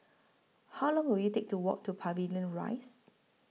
How Long Will IT Take to Walk to Pavilion Rise